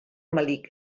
melic